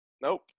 Nope